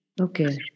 Okay